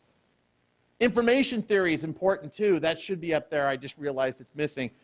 information theory is important, too, that should be up there. i just realized it's missing.